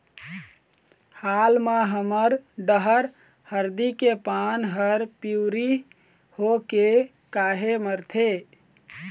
हाल मा हमर डहर हरदी के पान हर पिवरी होके काहे मरथे?